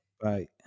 bye